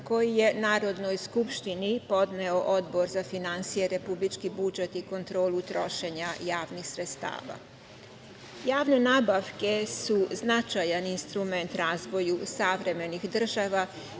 koji je Narodnoj skupštini podneo Odbor za finansije, republički budžet i kontrolu trošenja javnih sredstava. Javne nabavke su značajan instrument razvoja savremenih država,